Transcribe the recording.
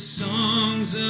songs